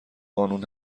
قانون